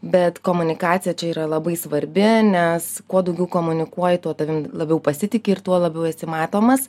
bet komunikacija čia yra labai svarbi nes kuo daugiau komunikuoji tuo tavim labiau pasitiki ir tuo labiau esi matomas